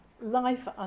life